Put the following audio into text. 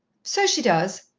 so she does.